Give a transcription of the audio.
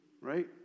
right